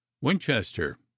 winchester